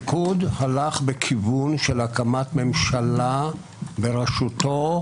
במהלך החקיקה עצמה,